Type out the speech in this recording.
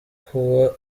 kuba